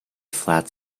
flat